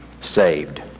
saved